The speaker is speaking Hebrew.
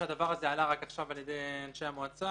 שהדבר הזה עלה רק עכשיו על ידי אנשי המקצוע.